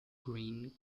green